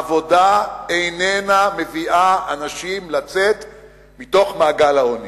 עבודה איננה מוציאה אנשים מתוך מעגל העוני.